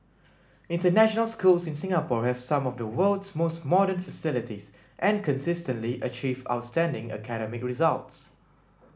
international schools in Singapore have some of the world's most modern facilities and consistently achieve outstanding academic results